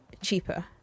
cheaper